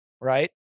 right